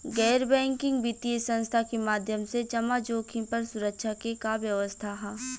गैर बैंकिंग वित्तीय संस्था के माध्यम से जमा जोखिम पर सुरक्षा के का व्यवस्था ह?